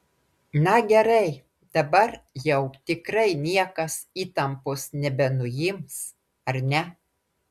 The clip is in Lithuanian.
na gerai dabar jau tikrai niekas įtampos nebenuims ar ne